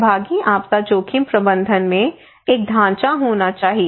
सहभागी आपदा जोखिम प्रबंधन में एक ढांचा होना चाहिए